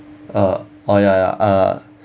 uh oh ya ya uh